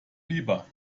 lieber